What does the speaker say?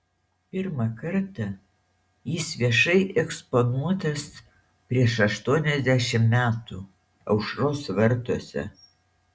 pirmą kartą jis viešai eksponuotas prieš aštuoniasdešimt metų aušros vartuose